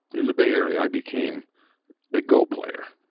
in the bay area i became a go player.